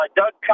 Doug